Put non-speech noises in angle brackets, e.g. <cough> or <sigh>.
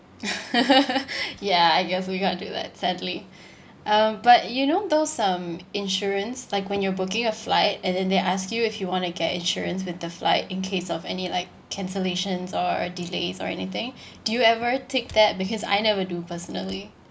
<laughs> ya I guess we got to do that sadly <breath> um but you know those um insurance like when you're booking a flight and then they ask you if you want to get insurance with the flight in case of any like cancellations or delays or anything do you ever tick that because I never do personally